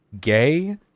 gay